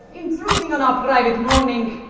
intruding on our private mourning!